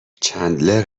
چندلر